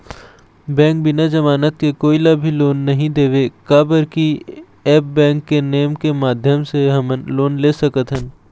Bank बिना जमानत के कोई ला भी लोन नहीं देवे का बर की ऐप बैंक के नेम के माध्यम से हमन लोन ले सकथन?